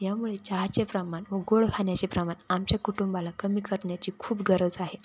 यामुळे चहाचे प्रमाण व गोड खाण्याचे प्रमाण आमच्या कुटुंबाला कमी करण्याची खूप गरज आहे